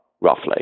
roughly